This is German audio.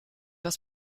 das